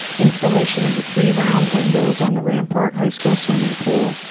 installation of the three round windows on the rampart high school swimming pool,